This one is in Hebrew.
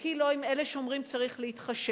חלקי לא עם אלה שאומרים "צריך להתחשב".